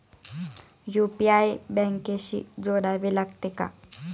UPI बँकेशी जोडावे लागते का?